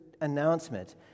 announcement